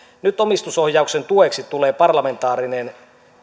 nyt omistusohjauksen tueksi tulee parlamentaarinen